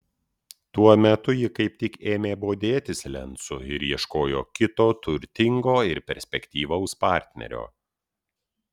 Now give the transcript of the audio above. tuo metu ji kaip tik ėmė bodėtis lencu ir ieškojo kito turtingo ir perspektyvaus partnerio